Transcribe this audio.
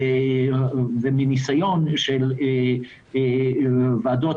ומניסיון של ועדות